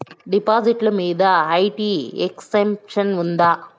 డిపాజిట్లు మీద IT exemption ఉందా?